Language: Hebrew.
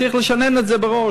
צריך לשנן את זה בראש.